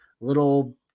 little